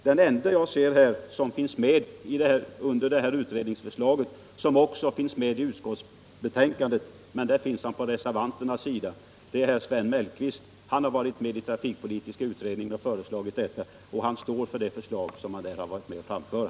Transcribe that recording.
Den ende jag ser här som var med om utredningens förslag och som också finns med i utskottsbetänkandet — men där finns han på reservanternas sida — är Sven Mellqvist. Han har varit med i trafikpolitiska utredningen, och han står för det förslag som han där var med om att framföra.